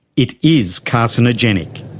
it is carcinogenic.